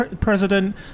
president